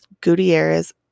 Gutierrez